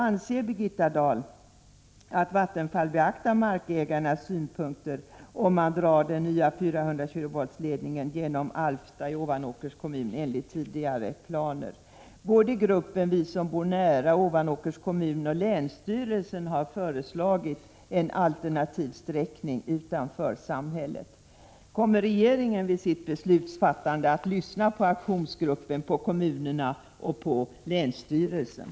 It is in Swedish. Anser Birgitta Dahl att Vattenfall beaktar markägarnas synpunkter, om man drar den nya 400 kV-ledniningen genom Alfta i Ovanåkers kommun enligt tidigare planer? Både gruppen ”Vi som bor nära” och Ovanåkers kommun samt länsstyrelsen har föreslagit en alternativ sträckning utanför samhället. Kommer regeringen vid sitt beslutsfattande att lyssna på aktionsgruppen, på kommunerna och på länsstyrelsen?